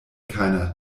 keiner